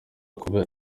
kuba